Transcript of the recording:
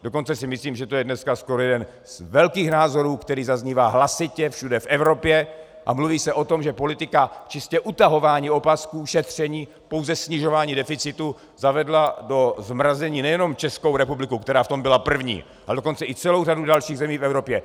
Dokonce si myslím, že to je dneska jeden z velkých názorů, který zaznívá hlasitě všude v Evropě, a mluví se o tom, že politika čistě utahování opasků, šetření, pouze snižování deficitu zavedla do zmrazení nejenom Českou republiku, která v tom byla první, ale dokonce i celou řadu dalších zemí v Evropě.